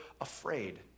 afraid